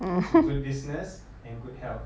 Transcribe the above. good business and good health